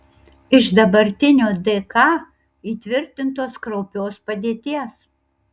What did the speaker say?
iš dabartinio dk įtvirtintos kraupios padėties